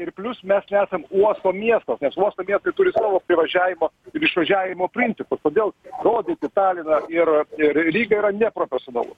ir plius mes nesam uosto miestas nes uosto miestai turi savo privažiavimą ir išvažiavimo principus todėl rodyti taliną ir ir rygą yra neprofesionalu